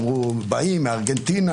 אמרו: באים מארגנטינה,